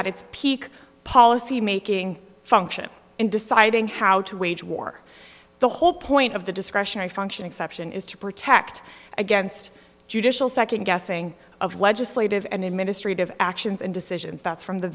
at its peak policymaking function in deciding how to wage war the whole point of the discretionary function exception is to protect against judicial second guessing of legislative an administrative actions and decisions that's from the